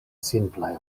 simplaj